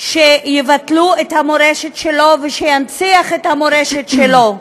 שיבטלו את המורשת שלו, והוא ינציח את המורשת שלו,